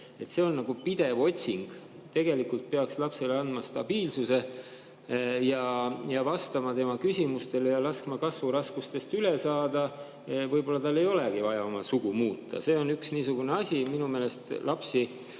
See on nagu pidev otsing. Tegelikult peaks lapsele [tagama] stabiilsuse ja vastama tema küsimustele, laskma tal kasvuraskustest üle saada. Võib-olla tal ei olegi vaja oma sugu muuta. See on üks niisugune asi. Minu meelest lapsi